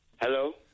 Hello